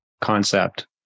concept